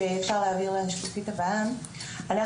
התהליך היום נעשה בשיתוף פעולה ואנחנו